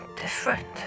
different